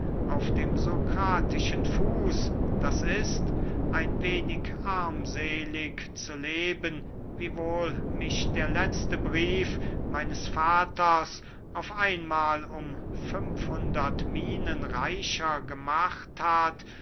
auf dem sokratischen fuß d i ein wenig armselig zu leben wiewohl mich der letzte brief meines vaters auf einmahl um fünf hundert minen reicher gemacht hat